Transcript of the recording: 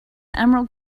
emerald